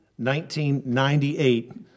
1998